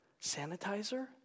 sanitizer